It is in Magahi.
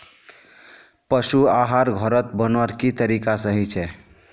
पशु आहार घोरोत बनवार की तरीका सही छे?